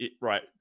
Right